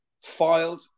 filed